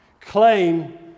claim